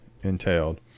entailed